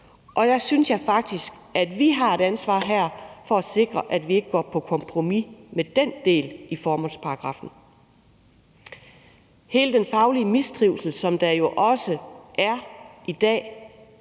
og her synes jeg faktisk, at vi har et ansvar for at sikre, at vi ikke går på kompromis med den del i formålsparagraffen, altså i forhold til hele den faglige mistrivsel, som der jo også er i dag